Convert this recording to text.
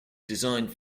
designed